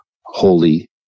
holy